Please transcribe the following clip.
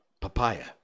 papaya